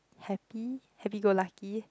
happy happy go lucky